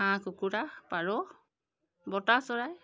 হাঁহ কুকুৰা পাৰ বতা চৰাই